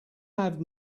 have